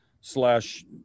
slash